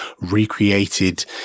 recreated